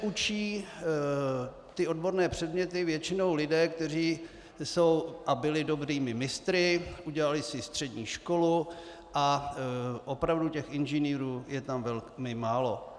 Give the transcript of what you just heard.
Učí ty odborné předměty většinou lidé, kteří jsou a byli dobrými mistry, udělali si střední školu, a opravdu inženýrů je tam velmi málo.